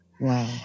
Wow